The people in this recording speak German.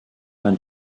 ein